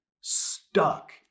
stuck